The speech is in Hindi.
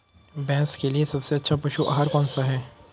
भैंस के लिए सबसे अच्छा पशु आहार कौनसा है?